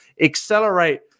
accelerate